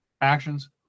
actions